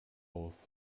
auf